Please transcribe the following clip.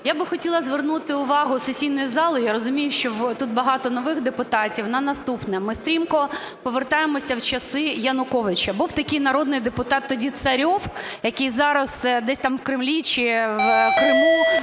Я би хотіла звернути увагу сесійної зали, я розумію, що тут багато нових депутатів, на наступне. Ми стрімко повертаємося в часи Януковича. Був такий народний депутат тоді Царьов, який зараз десь там в Кремлі чи в Криму